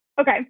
Okay